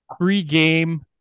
pre-game